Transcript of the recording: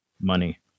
Money